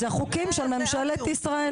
אלו חוקים של ממשלת ישראל,